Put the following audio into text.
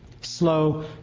Slow